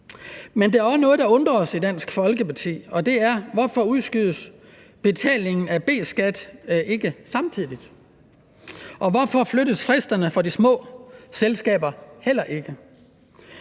Men der er noget, der undrer os i Dansk Folkeparti, og det er, hvorfor betalingen af B-skat ikke samtidig udskydes, og hvorfor fristerne for de små selskaber heller ikke